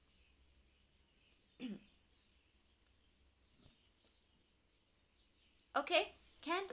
okay can